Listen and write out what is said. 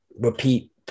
repeat